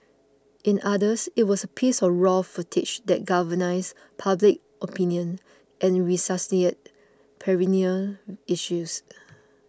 in others it was a piece of raw footage that galvanised public opinion and resuscitated perennial issues